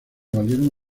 valieron